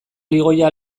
ligoia